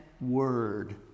word